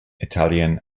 italian